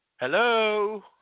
Hello